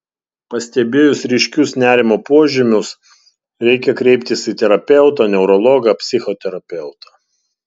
pastebėjus ryškius nerimo požymius reikia kreiptis į terapeutą neurologą psichoterapeutą